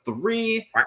three